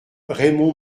raymond